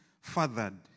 fathered